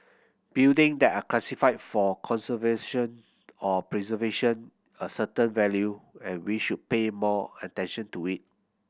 building that are classified for conservation or preservation a certain value and we should pay more attention to it